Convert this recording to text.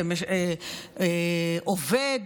שעובד,